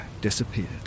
disappeared